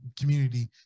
community